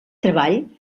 treball